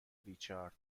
ریچارد